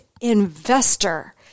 investor